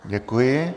Děkuji.